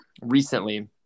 recently